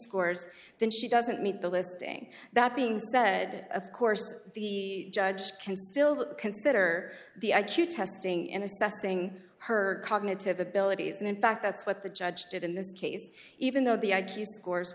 scores then she doesn't meet the listing that being said of course the judge can still consider the i q testing in assessing her cognitive abilities and in fact that's what the judge did in this case even though the i q scores